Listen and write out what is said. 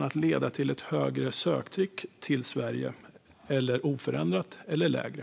att leda till ett högre söktryck till Sverige, oförändrat eller lägre?